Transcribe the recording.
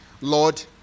Lord